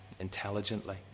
intelligently